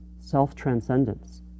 self-transcendence